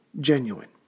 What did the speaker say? genuine